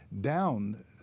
down